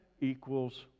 equals